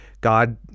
God